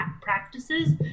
practices